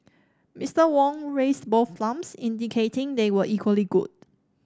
Mister Wong raised both thumbs indicating they were equally good